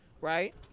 right